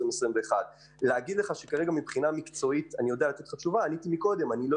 2021. מהבחינה המקצועית איני יודע לתת תשובה כרגע איני יודע